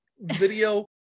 video